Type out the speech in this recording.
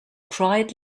cried